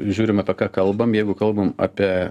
žiūrim apie ką kalbam jeigu kalbam apie